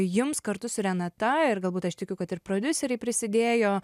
jums kartu su renata ir galbūt aš tikiu kad ir prodiuseriai prisidėjo